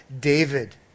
David